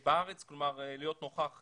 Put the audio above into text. בארץ, כלומר להיות נוכח בארץ.